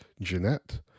Jeanette